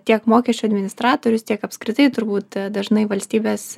tiek mokesčių administratorius tiek apskritai turbūt dažnai valstybės